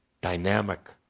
Dynamic